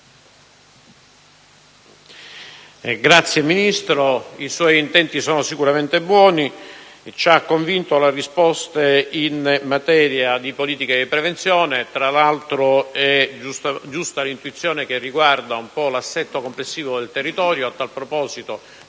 signor Ministro, i suoi intenti sono sicuramente buoni. Ci ha convinto la risposta in materia di politica di prevenzione. Tra l'altro, è giusta l'intuizione che riguarda l'assetto complessivo del territorio. A tal proposito,